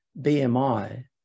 BMI